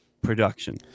production